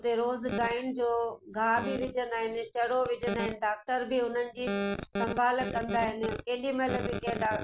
उते रोज गांयुनि जो ॻाहि बि विझंदा आहिनि चारो विझंदा आहिनि डॉक्टर बि उन्हनि जी संभाल कंदा आहिनि केॾी महिल बि